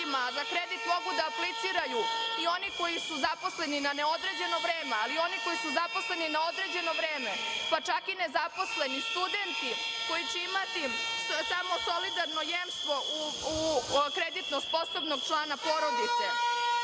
kredit mogu da apliciraju i oni koji su zaposleni na neodređeno vreme, ali oni koji su zaposleni na određeno vreme, pa čak i nezaposleni studenti koji će imati samo solidarno jemstvo u kreditno sposobnog člana porodice.